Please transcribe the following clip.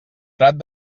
prat